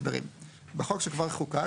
בחוק שכבר חוקק,